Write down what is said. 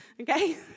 Okay